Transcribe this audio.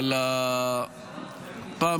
על הפעם